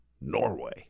Norway